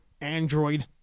Android